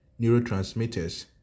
neurotransmitters